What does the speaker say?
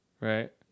right